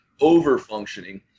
over-functioning